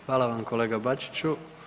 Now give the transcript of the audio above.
Hvala vam kolega Bačiću.